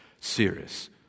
serious